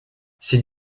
ces